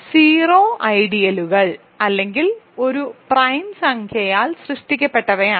ഇവ 0 ഐഡിയലുകൾ അല്ലെങ്കിൽ ഒരു പ്രൈം സംഖ്യയാൽ സൃഷ്ടിക്കപ്പെട്ടവയാണ്